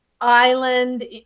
island